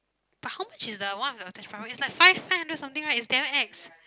but how much is the one of your attached file it's like five five hundred something right it's damn X